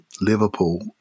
Liverpool